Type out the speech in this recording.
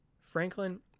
Franklin